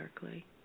darkly